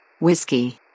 Whiskey